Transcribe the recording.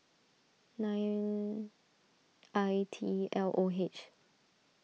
nine I T L O H